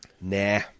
Nah